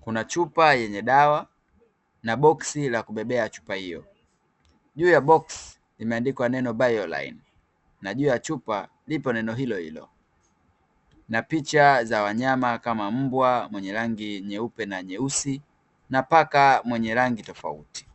Kuna chupa yenye dawa na boksi la kubebea chupa hiyo. Juu ya boksi limeandikwa neno "Bioline" na juu ya chupa lipo neno hili hilo. Na picha za wanyama kama mbwa mwenye rangi nyeupe na nyeusi, na paka mwenye rangi tofauti.